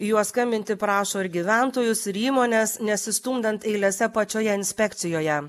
juo skambinti prašo ir gyventojus įmones nesistumdant eilėse pačioje inspekcijoje